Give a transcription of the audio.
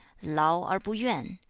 lao, er bu yuan,